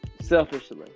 selfishly